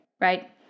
right